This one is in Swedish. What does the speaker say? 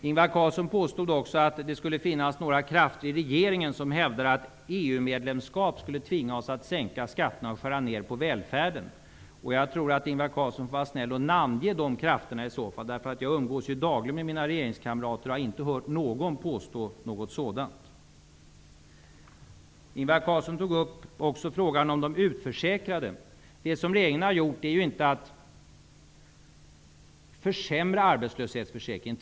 Ingvar Carlsson påstod också att det skulle finnas några krafter i regeringen som hävdar att EU medlemskap skulle tvinga oss att sänka skatterna och skära ned på välfärden. Jag tror att Ingvar Carlsson får vara snäll att namnge de krafterna. Jag umgås dagligen med mina regeringskamrater och har inte hört någon påstå något sådant. Ingvar Carlsson tog också upp frågan om de utförsäkrade. Det regeringen har gjort är inte att försämra arbetslöshetsförsäkringen.